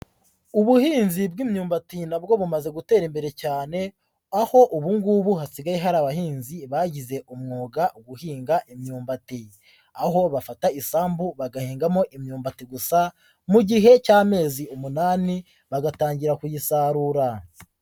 Ubuhinzi bw'imyumbati na bwo bumaze gutera imbere cyane aho ubu ngubu hasigaye hari abahinzi bagize umwuga guhinga imyumbati, aho bafata isambu bagahingamo imyumbati gusa mu gihe cy'amezi umunani bagatangira kuyisarura.